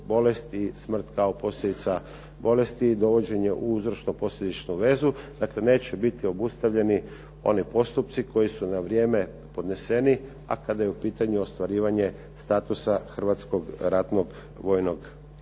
bolest i smrt kao posljedica bolesti dovođenje u uzročno posljedičnu vezu. Dakle, neće biti obustavljeni oni postupci koji su na vrijeme podneseni a kada je u pitanju ostvarivanje statusa hrvatskog ratnog vojnog invalida.